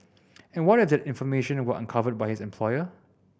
and what if that information were uncovered by his employer